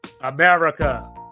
America